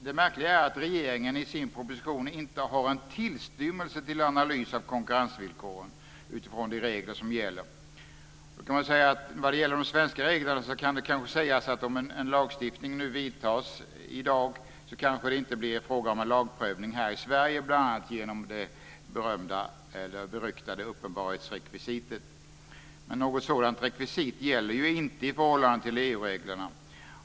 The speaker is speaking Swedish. Det märkliga är att regeringen i sin proposition inte har en tillstymmelse till analys av konkurrensvillkor utifrån de regler som gäller. Vad gäller de svenska reglerna kan det kanske sägas att om en lagstiftning antas här i dag kan det kanske inte bli fråga för en lagprövning här i Sverige, bl.a. genom det beryktade uppenbarhetsrekvisitet. Men något sådant rekvisit gäller ju inte i förhållande till EU reglerna.